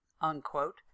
unquote